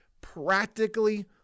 practically